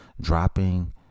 dropping